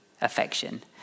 affection